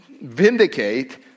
vindicate